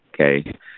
Okay